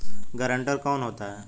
Guarantor कौन होता है?